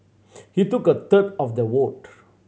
he took a third of the vote